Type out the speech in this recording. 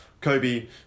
Kobe